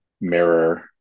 mirror